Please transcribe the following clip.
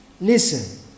Listen